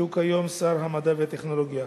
שהוא כיום שר המדע והטכנולוגיה.